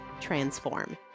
transform